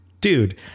dude